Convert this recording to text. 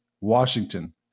Washington